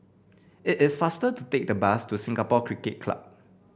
it is faster to take the bus to Singapore Cricket Club